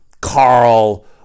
Carl